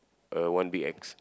uh one big X